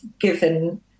given